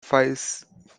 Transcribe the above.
five